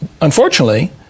Unfortunately